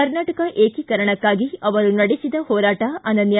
ಕರ್ನಾಟಕ ಏಕೀಕರಣಕ್ಕಾಗಿ ಅವರು ನಡೆಸಿದ ಹೋರಾಟ ಅನನ್ಯ